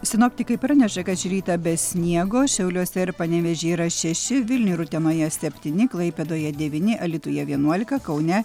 sinoptikai praneša kad šį rytą be sniego šiauliuose ir panevėžy yra šeši vilniuj ir utenoje septyni klaipėdoje devyni alytuje vienuolika kaune